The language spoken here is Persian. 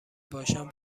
باشم